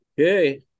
Okay